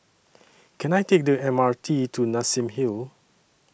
Can I Take The M R T to Nassim Hill